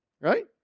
Right